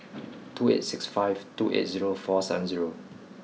two eight six five two eight zero four seven zero